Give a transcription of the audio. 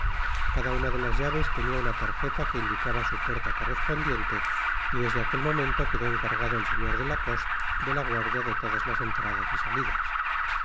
cada una de las llaves tenia una tarjeta que indicaba su puerta correspondiente y desde aquel momento quedó encargado el señor de lacoste de la guardia de todas las entradas y salidas